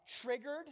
triggered